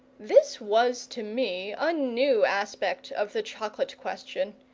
this was to me a new aspect of the chocolate question,